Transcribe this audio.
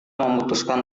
memutuskan